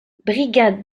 brigade